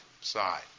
side